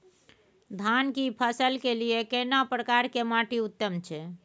धान की फसल के लिये केना प्रकार के माटी उत्तम छै?